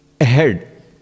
ahead